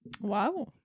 Wow